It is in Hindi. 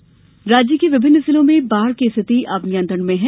बाढ़ स्थिति राज्य के विभिन्न जिलों में बाढ़ की स्थिति अब नियंत्रण में है